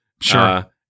Sure